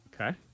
okay